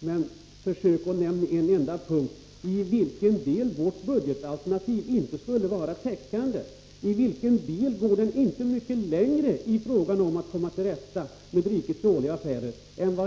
men försök nämna en enda punkt där vårt budgetalternativ inte skulle vara täckande! Tala om i vilken del det inte går mycket längre än regeringens alternativ för att komma till rätta med rikets dåliga affärer!